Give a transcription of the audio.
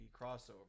crossover